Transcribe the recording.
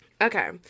Okay